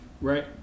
right